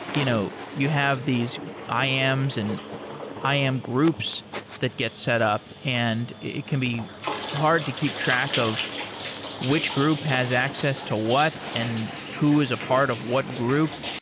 you know you have these iams and iams groups that gets set up and it can be hard to keep track of which group has access to what and who is a part of what group.